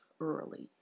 early